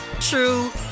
true